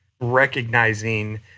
recognizing